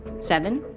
seven,